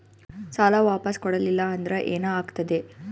ಸಾಲ ವಾಪಸ್ ಕೊಡಲಿಲ್ಲ ಅಂದ್ರ ಏನ ಆಗ್ತದೆ?